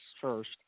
first